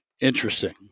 interesting